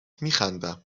میخندم